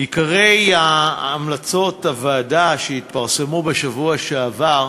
עיקרי המלצות הוועדה שהתפרסמו בשבוע שעבר,